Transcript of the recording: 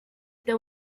there